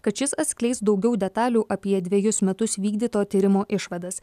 kad šis atskleis daugiau detalių apie dvejus metus vykdyto tyrimo išvadas